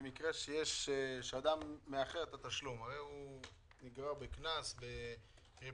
במקרה שאדם מאחר את התשלום אם יש לו קנס על ריביות,